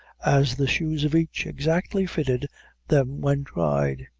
as the shoes of each exactly fitted them when tried.